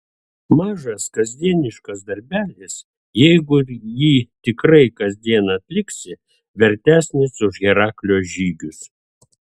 mažas kasdieniškas darbelis jeigu jį tikrai kasdien atliksi vertesnis už heraklio žygius